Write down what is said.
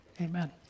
Amen